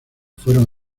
fueron